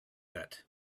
that